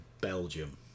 Belgium